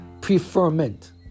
preferment